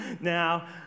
Now